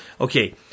Okay